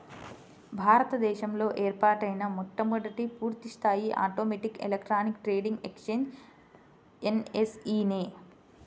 భారత దేశంలో ఏర్పాటైన మొట్టమొదటి పూర్తిస్థాయి automatic electronic trading exchange NSE నే